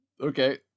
okay